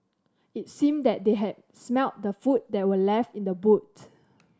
it seemed that they had smelt the food that were left in the boot